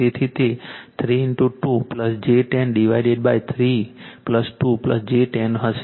તેથી તે 3 2 j 10 divided 2 j 10 હશે